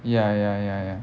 ya ya ya ya